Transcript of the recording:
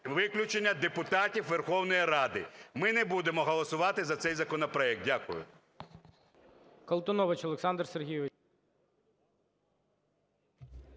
виключення депутатів Верховної Ради. Ми не будемо голосувати за цей законопроект. Дякую.